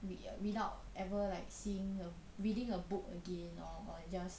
wi~ err without ever like seeing a reading a book again or or just